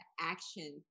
action